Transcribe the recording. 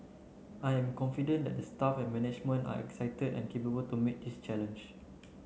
I am confident that the staff and management are excited and capable to meet this challenge